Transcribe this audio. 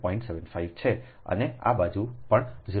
75 છે અને આ બાજુ પણ 0